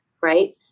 Right